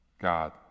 God